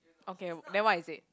okay then what is it